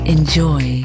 Enjoy